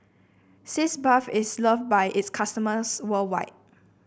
Sitz Bath is loved by its customers worldwide